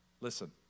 listen